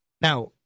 Now